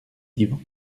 divan